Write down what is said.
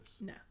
No